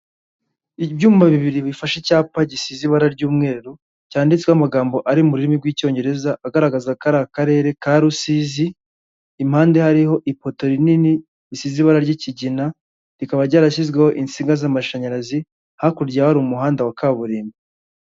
Ibyuma bibiri bifashe icyapa gisize ibara ry'umweru, cyanditseho amagambo ari mu rurimi rw'Icyongereza agaragaza ko ari karere ka Rusizi, impande hariho ipoto rinini risize ibara ry'ikigina, rikaba ryarashyizweho insinga z'amashanyarazi hakurya hari umuhanda wa kaburimbo.